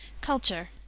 Culture